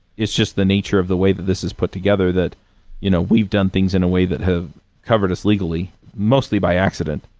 it's just the nature of the way this is put together that you know we've done things in a way that have covered us legally, mostly by accident.